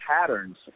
patterns